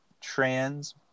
trans